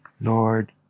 lord